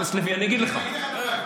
אבל אני אגיד לכם כן דבר אחד.